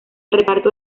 reparto